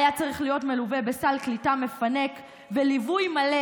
היה צריך להיות מלווה בסל קליטה מפנק וליווי מלא,